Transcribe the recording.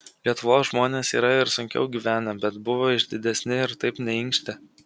lietuvos žmonės yra ir sunkiau gyvenę bet buvo išdidesni ir taip neinkštė